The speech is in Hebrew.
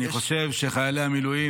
אני חושב שחיילי המילואים,